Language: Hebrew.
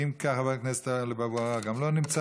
מוותר.